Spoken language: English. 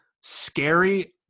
scary